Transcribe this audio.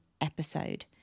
episode